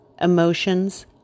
emotions